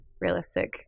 realistic